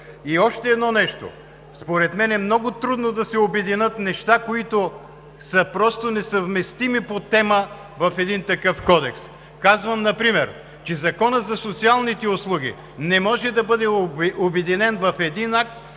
И още едно нещо. Според мен е много трудно да се обединят неща, които са просто несъвместими по тема в един такъв кодекс. Казвам например, че Законът за социалните услуги не може да бъде обединен в един акт